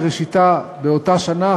שראשיתה באותה שנה,